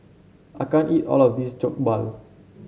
I can't eat all of this Jokbal